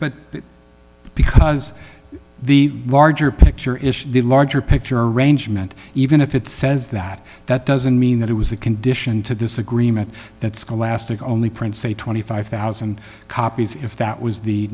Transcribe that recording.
but because the larger picture is the larger picture arrangement even if it says that that doesn't mean that it was a condition to this agreement that scholastic only prints a twenty five thousand copies if that was the